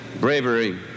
bravery